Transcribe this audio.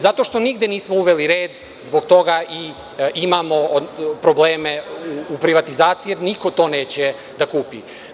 Zato što nigde nismo uveli red zbog toga i imamo probleme u privatizaciji, jer niko to neće da kupi.